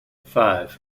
five